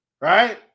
right